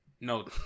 No